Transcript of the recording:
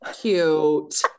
Cute